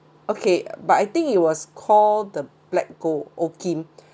okay but I think it was called the black gold oakim